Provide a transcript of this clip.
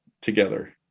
together